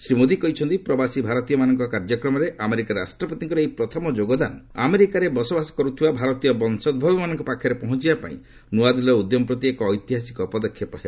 ଶ୍ରୀ ମୋଦି କହିଛନ୍ତି ପ୍ରବାସୀ ଭାରତୀୟମାନଙ୍କ କାର୍ଯ୍ୟକ୍ରମରେ ଆମେରିକା ରାଷ୍ଟ୍ରପତିଙ୍କର ଏହି ପ୍ରଥମ ଯୋଗଦାନ ଆମେରିକାରେ ବସବାସ କରୁଥିବା ଭାରତୀୟ ବଂଶୋଭବମାନଙ୍କ ପାଖରେ ପହଞ୍ଚବା ପାଇଁ ନୂଆଦିଲ୍ଲୀର ଉଦ୍ୟମ ପ୍ରତି ଏକ ଐତିହାସିକ ପଦକ୍ଷେପ ହେବ